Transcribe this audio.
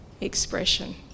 expression